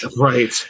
Right